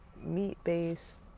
meat-based